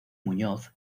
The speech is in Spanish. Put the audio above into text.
muñoz